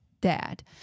dad